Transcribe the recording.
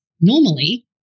normally